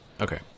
Okay